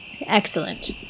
Excellent